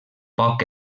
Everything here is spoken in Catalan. poc